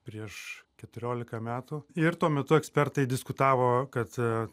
prieš keturiolika metų ir tuo metu ekspertai diskutavo kad